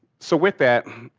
so with that,